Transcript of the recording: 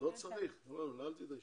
לא צריך, נעלתי את הישיבה.